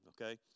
okay